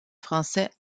français